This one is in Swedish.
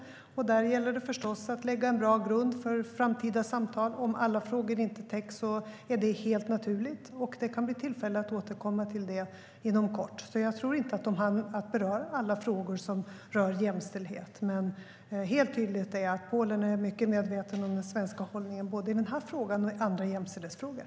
Där gäller det förstås att lägga en bra grund för framtida samtal. Om alla frågor inte täcks är det helt naturligt. Det kan bli tillfälle att återkomma till det inom kort. Jag tror inte att de hann beröra alla frågor som rör jämställdhet. Men helt tydligt är att man i Polen är mycket medveten om den svenska hållningen både i den här frågan och i andra jämställdhetsfrågor.